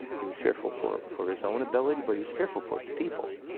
he was fearful for for his own ability, but he was fearful for his people.